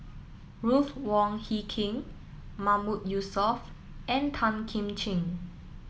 Ruth Wong Hie King Mahmood Yusof and Tan Kim Ching